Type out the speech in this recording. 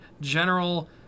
general